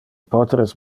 poteres